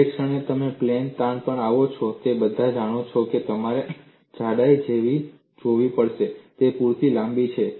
જે ક્ષણે તમે પ્લેન તાણ પર આવો છો તમે બધા જાણો છો કે તમારે જાડાઈ જોવી પડશે તે પૂરતી લાંબી છે